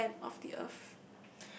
top end of the Earth